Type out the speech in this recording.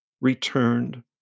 returned